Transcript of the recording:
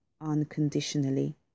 unconditionally